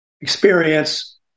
experience